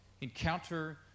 encounter